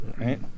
right